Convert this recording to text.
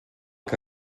que